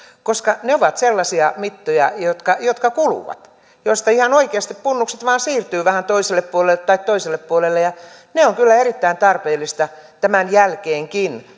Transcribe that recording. koska ne ovat sellaisia mittoja jotka jotka kuluvat ja joista ihan oikeasti punnukset vain siirtyvät vähän toiselle puolelle tai toiselle puolelle ja ne on kyllä erittäin tarpeellista tämänkin jälkeen